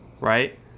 right